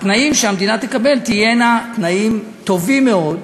התנאים שהמדינה תקבל יהיו תנאים טובים מאוד,